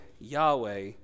Yahweh